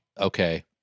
okay